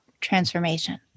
transformation